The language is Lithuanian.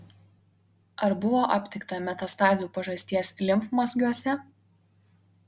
ar buvo aptikta metastazių pažasties limfmazgiuose